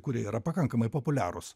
kurie yra pakankamai populiarūs